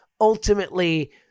ultimately